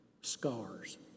scars